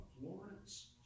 Florence